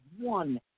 one